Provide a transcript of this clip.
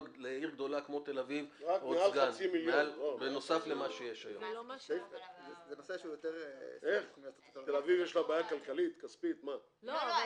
גדולה כמו תל אביב בנוסף למה שיש היום גם על חשבון מה ששמענו --- רק מעל